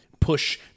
push